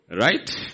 right